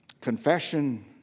confession